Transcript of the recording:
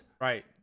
right